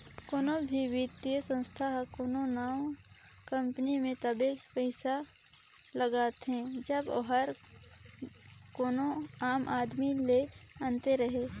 कोनो भी बित्तीय संस्था हर कोनो नावा कंपनी में तबे पइसा लगाथे जब ओहर कोनो आम कंपनी ले अन्ते रहें